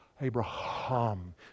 Abraham